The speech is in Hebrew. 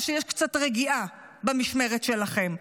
או שיש קצת רגיעה במשמרת שלכם?